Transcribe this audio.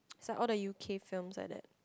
it's like all the u_k films like that